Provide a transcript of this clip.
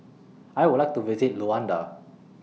I Would like to visit Luanda